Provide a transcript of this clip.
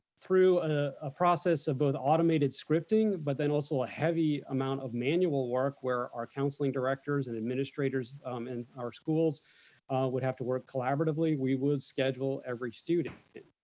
through a process of both automated scripting, but then also a heavy amount of manual work where our counseling directors and administrators in our schools would have to work collaboratively, we would schedule every student.